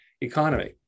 economy